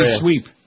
sweep